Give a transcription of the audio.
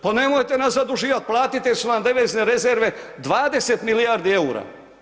Pa nemojte nas zaduživati, platite jer su vam devizne rezerve 20 milijardi eura.